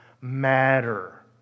matter